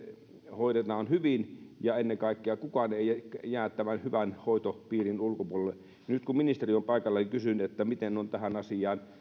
hoidetaan hyvin ja ennen kaikkea kukaan ei jää tämän hyvän hoitopiirin ulkopuolelle nyt kun ministeri on paikalla niin kysyn miten on tähän asiaan